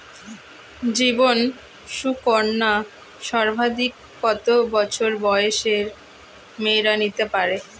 জীবন সুকন্যা সর্বাধিক কত বছর বয়সের মেয়েরা নিতে পারে?